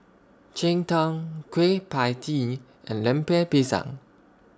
Cheng Tng Kueh PIE Tee and Lemper Pisang